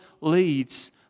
leads